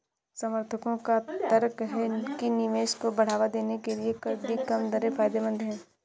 समर्थकों का तर्क है कि निवेश को बढ़ावा देने के लिए कर की कम दरें फायदेमंद हैं